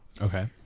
Okay